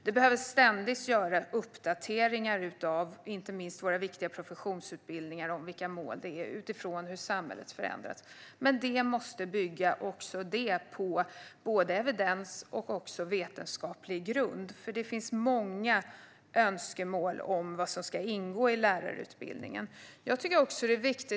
Det behöver ständigt göras uppdateringar av inte minst målen för våra viktiga professionsutbildningar utifrån hur samhället förändras, men också det måste bygga både på evidens och på vetenskaplig grund. Det finns nämligen många önskemål om vad som ska ingå i lärarutbildningen.